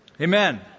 Amen